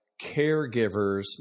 caregivers